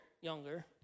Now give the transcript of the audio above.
younger